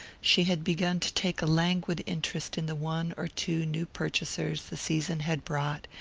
she had begun to take a languid interest in the one or two new purchasers the season had brought,